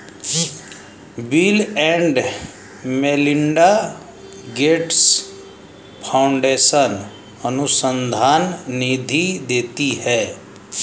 bill and Melinda Gates Foundation अनुसंधान निधि देती है